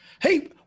Hey